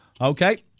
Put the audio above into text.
Okay